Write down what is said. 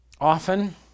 often